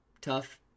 tough